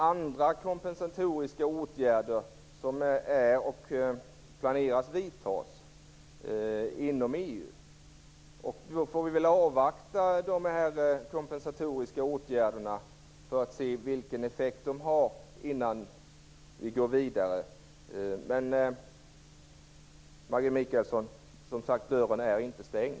Andra kompensatoriska åtgärder planeras vidtas inom EU, och då får vi väl avvakta dem för att se vilken effekt de har innan vi går vidare. Men Maggi Mikaelsson: Dörren är inte stängd.